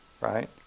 right